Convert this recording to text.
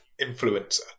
influencer